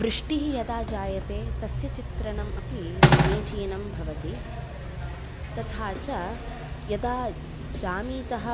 वृष्टिः यदा जायते तस्य चित्रणम् अपि समीचीनं भवति तथा च यदा जामीतः